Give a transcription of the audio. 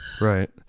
Right